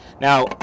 Now